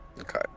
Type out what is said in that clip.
Okay